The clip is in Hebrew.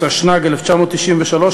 התשנ"ג 1993,